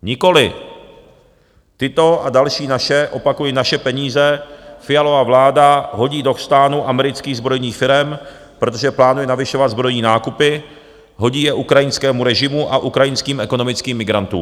Nikoli, tyto a další naše opakuji naše peníze Fialova vláda hodí do chřtánu amerických zbrojních firem, protože plánuje navyšovat zbrojní nákupy, hodí je ukrajinskému režimu a ukrajinským ekonomickým migrantům.